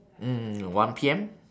mm mm one P_M